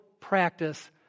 practice